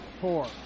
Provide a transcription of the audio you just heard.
four